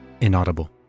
inaudible